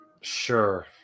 Sure